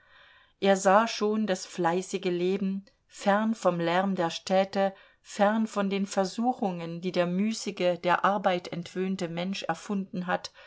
er sah schon das fleißige leben fern vom lärm der städte fern von den versuchungen die der müßige der arbeit entwöhnte mensch erfunden hat